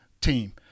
team